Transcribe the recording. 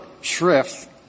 shrift